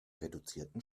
reduzierten